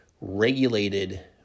regulated